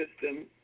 system